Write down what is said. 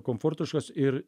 komfortiškas ir